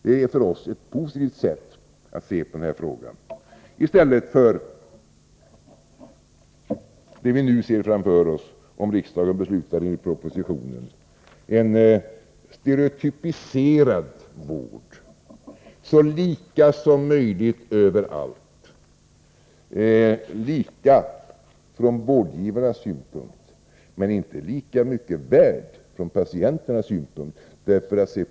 Det är för oss ett positivt sätt att se på frågan i förhållande till det vi nu ser framför oss om riksdagen beslutar i enlighet med propositionen, nämligen en stereotypiserad vård, så lika som möjligt överallt, lika från vårdgivarnas synpunkt men inte lika mycket värd från patienternas synpunkt.